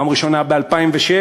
פעם ראשונה ב-2006,